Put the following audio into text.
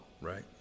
right